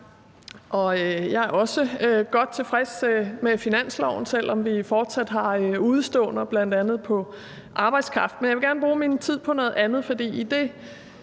Jeg er også godt tilfreds med finansloven, selv om vi fortsat har udeståender, bl.a. hvad angår arbejdskraft. Men jeg vil gerne bruge min tid på noget andet, for det